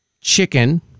chicken